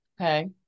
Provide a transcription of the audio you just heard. okay